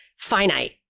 Finite